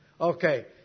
Okay